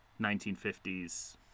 1950s